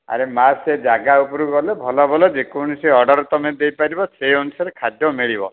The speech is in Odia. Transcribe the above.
ଆରେ ମା' ସେ ଜାଗା ଉପରକୁ ଗଲେ ଭଲ ଭଲ ଯେକୌଣସି ଆର୍ଡ଼ର୍ ତୁମେ ଦେଇପାରିବ ସେ ଅନୁସାରେ ଖାଦ୍ୟ ମିଳିବ